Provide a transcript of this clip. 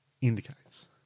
indicates